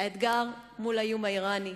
האתגר מול האיום האירני,